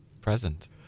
Present